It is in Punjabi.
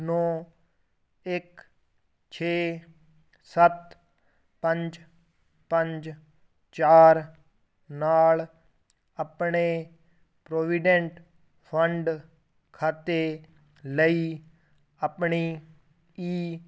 ਨੌਂ ਇੱਕ ਛੇ ਸੱਤ ਪੰਜ ਪੰਜ ਚਾਰ ਨਾਲ ਆਪਣੇ ਪ੍ਰੋਵੀਡੈਂਟ ਫੰਡ ਖਾਤੇ ਲਈ ਆਪਣੀ ਈ